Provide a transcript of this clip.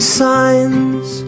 signs